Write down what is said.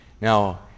Now